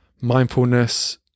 mindfulness